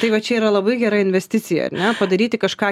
tai va čia yra labai gera investicija ar ne padaryti kažką